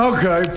Okay